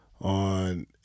on